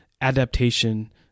adaptation